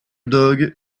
dog